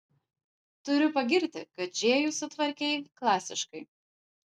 turiu pagirti kad džėjų sutvarkei klasiškai